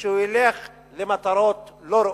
שהוא ילך למטרות לא ראויות.